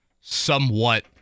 somewhat